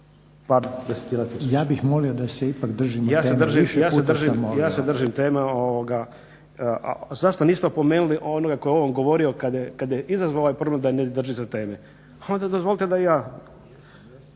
sam molio. **Jelušić, Ivo (SDP)** Ja se držim teme. Zašto niste opomenuli onoga tko je o ovom govorio kad je izazvao ovaj problem da ne drži se teme. Onda dozvolite da i